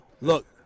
Look